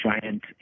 giant